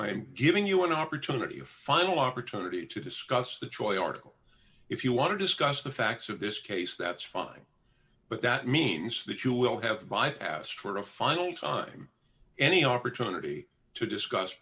i'm giving you an opportunity a final opportunity to discuss the troy article if you want to discuss the facts of this case that's fine but that means that you will have bypassed for a final time any opportunity to discuss